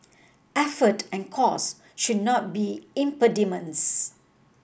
effort and cost should not be impediments